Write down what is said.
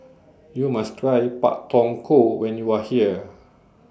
YOU must Try Pak Thong Ko when YOU Are here